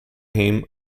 him